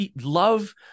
love